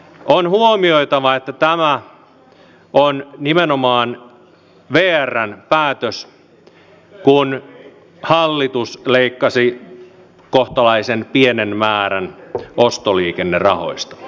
on huomioitava että tämä on nimenomaan vrn päätös kun hallitus leikkasi kohtalaisen pienen määrän ostoliikennerahoista